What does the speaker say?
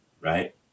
right